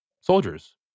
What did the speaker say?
soldiers